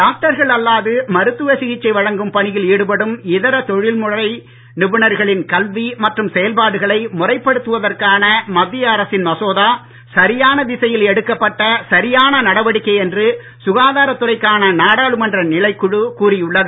டாக்டர்கள் அல்லாது மருத்துவ சிகிச்சை வழங்கும் பணியில் ஈடுபடும் இதர தொழில்முறை நிபுணர்களின் கல்வி மற்றும் செயல்பாடுகளை முறைப் படுத்துவதற்கான மத்திய அரசின் மசோதா சரியான திசையில் எடுக்கப்பட்ட சரியான நடிவடிக்கை என்று சுகாதாரத் துறைக்கான நாடாளுமன்ற நிலைக்குழு கூறியுள்ளது